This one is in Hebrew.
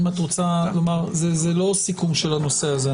אם את רוצה לומר זה לא סיכום של הנושא הזה.